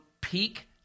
peak